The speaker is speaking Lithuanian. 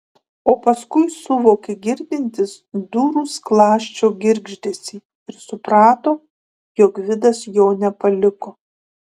o paskui suvokė girdintis durų skląsčio girgždesį ir suprato jog gvidas jo nepaliko